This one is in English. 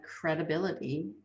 credibility